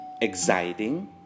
Exciting